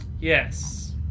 Yes